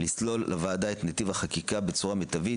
לסלול לוועדה את נתיב החקיקה בצורה מיטבית,